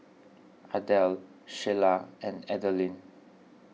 Ardelle Shayla and Adalynn